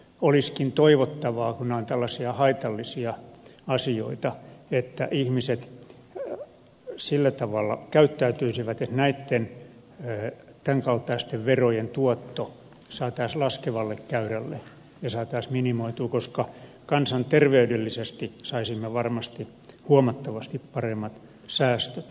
olisikin toivottavaa kun nämä ovat tällaisia haitallisia asioita että ihmiset sillä tavalla käyttäytyisivät että tämän kaltaisten verojen tuotto saataisiin laskevalle käyrälle ja saataisiin minimoitua koska kansanterveydellisesti saisimme varmasti huomattavasti paremmat säästöt